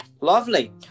Lovely